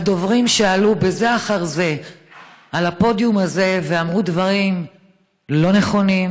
הדוברים שעלו בזה אחר זה על הפודיום הזה ואמרו דברים לא נכונים,